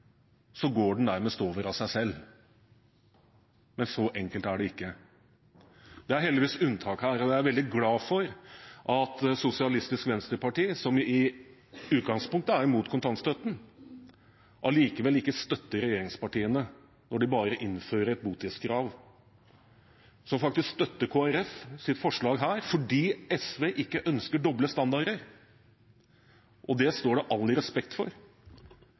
går den nærmest over av seg selv. Men så enkelt er det ikke. Det er heldigvis unntak her. Jeg er veldig glad for at Sosialistisk Venstreparti, som i utgangspunktet er imot kontantstøtten, allikevel ikke støtter regjeringspartiene når de bare innfører et botidskrav. SV støtter faktisk Kristelig Folkepartis forslag her fordi de ikke ønsker doble standarder, og det står det respekt av, all